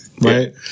right